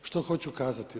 Što hoću kazati?